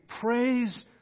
praise